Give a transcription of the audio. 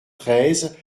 treize